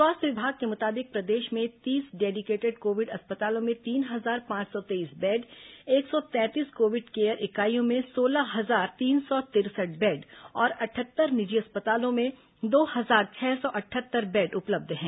स्वास्थ्य विभाग के मुताबिक प्रदेश में तीस डेडिकेटेड कोविड अस्पतालों में तीन हजार पांच सौ तेईस बेड एक सौ तैंतीस कोविड केयर इकाइयों में सोलह हजार तीन सौ तिरसठ बेड और अटहत्तर निजी अस्पतालों में दो हजार छह सौ अटहत्तर बेड उपलब्ध हैं